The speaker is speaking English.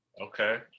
Okay